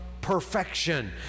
perfection